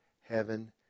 heaven